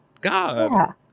God